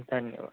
ધન્યવાદ